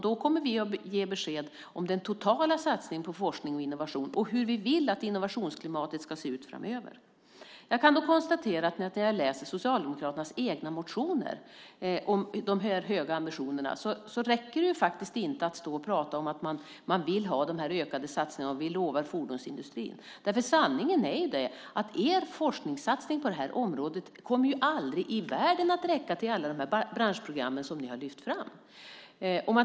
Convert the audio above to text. Då kommer vi att ge besked om den totala satsningen på forskning och innovation och om hur vi vill att innovationsklimatet ska se ut framöver. När jag läser Socialdemokraternas egna motioner om dessa höga ambitioner kan jag konstatera att det inte räcker att stå och tala om att man vill ha dessa ökade satsningar och ge löften till fordonsindustrin. Sanningen är att er forskningssatsning på detta område aldrig i världen kommer att räcka till alla dessa branschprogram som ni har lyft fram.